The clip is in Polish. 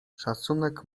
szacunek